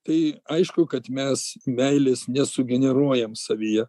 tai aišku kad mes meilės nesugeneruojam savyje